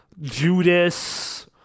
Judas